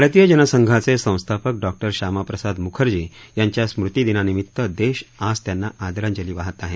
भारतीय जनसंघाचे संस्थापक डॉक्टर शामाप्रसाद मुखर्जी यांच्या स्मृती दिनानिमित्त देश त्यांना आज आदरांजली वाहत आहे